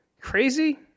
Crazy